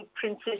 Princess